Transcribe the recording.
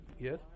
Yes